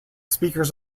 speakers